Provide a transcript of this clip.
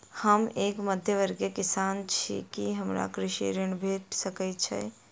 हम एक मध्यमवर्गीय किसान छी, की हमरा कृषि ऋण भेट सकय छई?